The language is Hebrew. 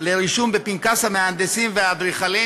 לרישום בפנקס המהנדסים והאדריכלים